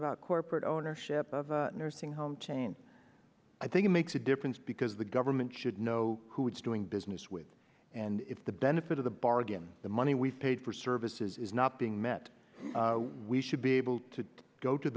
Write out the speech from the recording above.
about corporate ownership of nursing home chain i think it makes a difference because the government should know who is doing business with and if the benefit of the bargain the money we've paid for services is not being met we should be able to go to